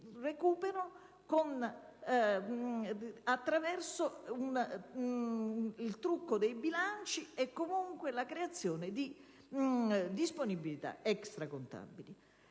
recuperano attraverso il trucco dei bilanci e comunque la creazione di disponibilità extracontabili.